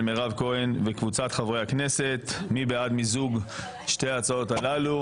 באותו נושא של חבר הכנסת ניסים ואטורי והצעת חוק העונשין,